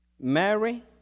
Mary